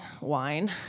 wine